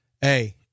hey